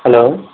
hello